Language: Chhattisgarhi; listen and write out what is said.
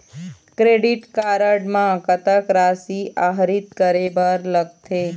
क्रेडिट कारड म कतक राशि आहरित करे बर लगथे?